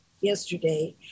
yesterday